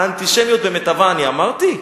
האנטישמיות במיטבה, אני אמרתי?